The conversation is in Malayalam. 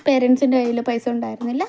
പേരന്റ്സിൻ്റെ കയ്യിൽ പൈസ ഉണ്ടായിരുന്നില്ല